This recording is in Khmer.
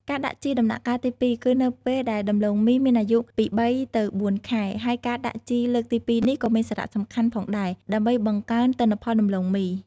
ការដាក់ជីដំណាក់កាលទី២ គឺនៅពេលដែលដំឡូងមីមានអាយុពី ៣ ទៅ ៤ ខែ ហើយការដាក់ជីលើកទីពីរនេះក៏មានសារៈសំខាន់ផងដែរ ដើម្បីបង្កើនទិន្នផលដំឡូងមី។